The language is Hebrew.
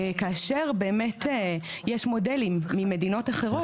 כאשר באמת יש מודלים ממדינות אחרות.